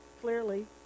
clearly